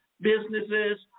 businesses